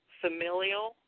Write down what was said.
familial